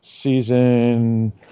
Season